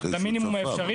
את המינימום האפשרי,